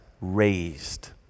raised